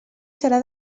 serà